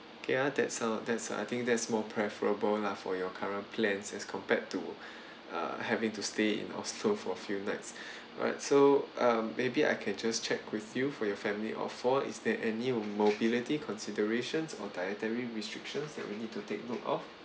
ya that's uh that's I think that's more preferable lah for your current plans as compared to uh having to stay in oslo for few nights right so uh maybe I can just check with you for your family of four is there any mobility considerations or dietary restrictions that we need to take note of